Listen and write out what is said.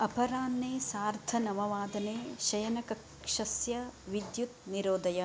अपराह्णे सार्धनववादने शयनकक्षस्य विद्युत् निरोधय